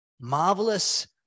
Marvelous